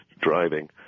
driving